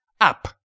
up